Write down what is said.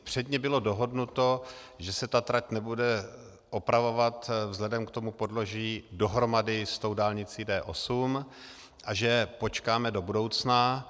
Předně bylo dohodnuto, že se ta trať nebude opravovat vzhledem k tomu podloží dohromady s tou dálnicí D8 a že počkáme do budoucna.